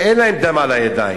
שאין להם דם על הידיים.